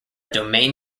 domain